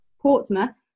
Portsmouth